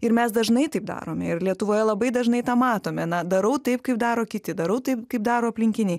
ir mes dažnai taip darome ir lietuvoje labai dažnai tą matome na darau taip kaip daro kiti darau taip kaip daro aplinkiniai